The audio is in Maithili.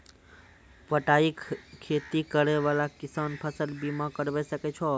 बटाई खेती करै वाला किसान फ़सल बीमा करबै सकै छौ?